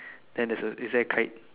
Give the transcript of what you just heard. then there's a is there kite